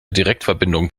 direktverbindung